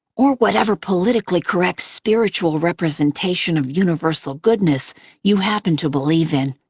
or whatever politically correct spiritual representation of universal goodness you happen to believe in,